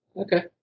Okay